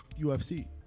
UFC